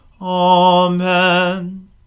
Amen